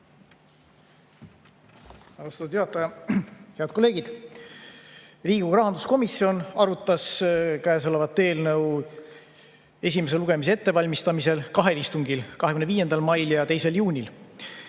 Austatud juhataja! Head kolleegid! Riigikogu rahanduskomisjon arutas käesolevat eelnõu esimese lugemise ettevalmistamisel kahel istungil, 25. mail ja 2. juunil.